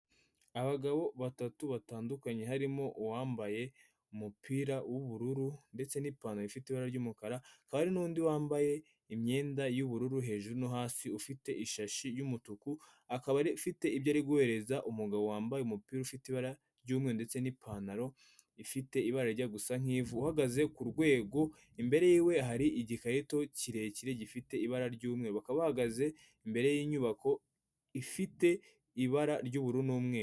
Abagabo batatu batandukanye harimo uwambaye umupira w'ubururu ndetse n'ipantaro ifite ibara ry'umukara hari nundi wambaye imyenda y'ubururu hejuru no hasi ufite ishashi y'umutuku akaba afite ibyo ari guhereza umugabo wambaye umupira ufite ibara ry'umweru ndetse n'ipantaro ifite ibara rijya gusa nk'ivu uhagaze ku rwego imbere yiwe hari igikarito kirekire gifite ibara ry'umweru bahagaze imbere y'inyubako ifite ibara ry'ubururu umweru.